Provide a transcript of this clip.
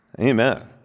Amen